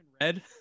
red